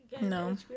No